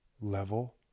level